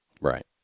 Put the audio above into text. Right